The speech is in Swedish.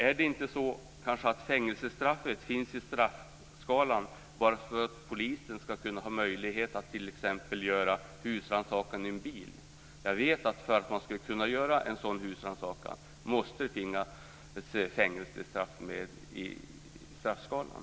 Är det inte så att fängelsestraffet finns i straffskalan bara för att polisen skall ha möjlighet att t.ex. göra husrannsakan i en bil? För att en sådan husrannsakan skall vara möjlig måste det ju finnas fängelsestraff med i straffskalan.